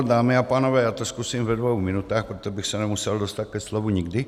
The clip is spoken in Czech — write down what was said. Dámy a pánové, já to zkusím ve dvou minutách, protože bych se nemusel dostat ke slovu nikdy.